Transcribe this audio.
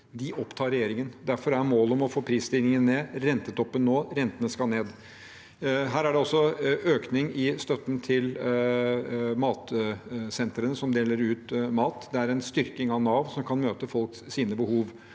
opptar regjeringen. Derfor er målet å få prisstigningen ned, at rentetoppen nås, rentene skal ned. Her er det også økning i støtten til matsentrene som deler ut mat. Det er en styrking av Nav, som kan møte folks behov.